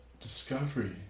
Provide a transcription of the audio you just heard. discovery